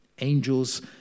Angels